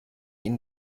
ihn